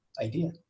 idea